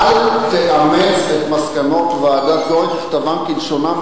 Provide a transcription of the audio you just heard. אל תאמץ את מסקנות ועדת-גורן ככתבן וכלשונן,